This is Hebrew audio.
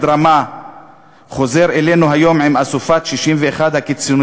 רמה חוזר אלינו היום עם אסופת 61 הקיצונים,